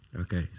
Okay